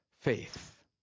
faith